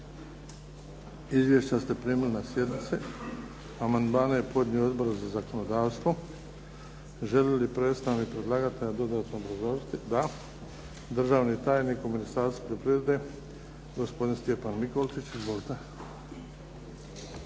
Izvješća ste primili na sjednici. Amandmane je podnio Odbor za zakonodavstvo. Želi li predstavnik predlagatelja dodatno obrazložiti? Da. Državni tajnik u Ministarstvu poljoprivrede gospodin Stjepan Mikolčić. Izvolite.